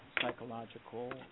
psychological